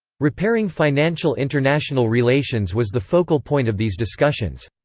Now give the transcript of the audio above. repairing financial international relations was the focal point of these discussions.